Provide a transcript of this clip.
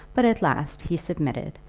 but at last he submitted,